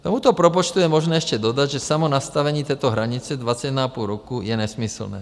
K tomuto propočtu je možné ještě dodat, že samo nastavení této hranice 21,5 roku je nesmyslné.